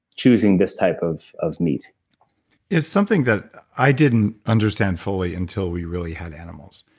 choosing this type of of meat it's something that i didn't understand fully until we really had animals,